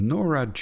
Nora